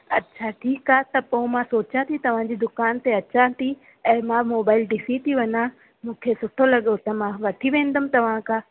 अच्छा ठीकु आहे त पोइ मां सोचां थी तव्हांजी दुकान ते अचां थी ऐं मां मोबाइल ॾिसी थी वञा मूंखे सुठो लॻो त मां वठी वेंदमि तव्हां खां